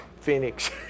Phoenix